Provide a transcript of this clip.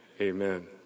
Amen